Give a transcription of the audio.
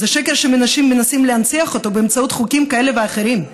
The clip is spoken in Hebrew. זה שקר שמנסים להנציח אותו באמצעות חוקים כאלה ואחרים,